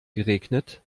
geregnet